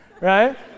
Right